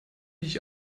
dich